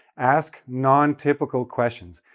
ask non-typical questions.